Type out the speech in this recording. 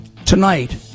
Tonight